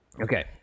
Okay